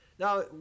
Now